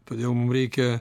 todėl mum reikia